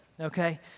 okay